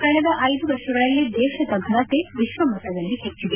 ಕಳೆದ ಐದು ವರ್ಷಗಳಲ್ಲಿ ದೇಶದ ಫನತೆ ವಿಶ್ವಮಟ್ಟದಲ್ಲಿ ಹೆಚ್ಚಿದೆ